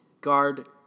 guard